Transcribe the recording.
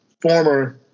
former